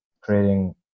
creating